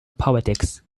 politics